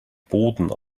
boden